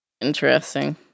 Interesting